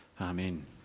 Amen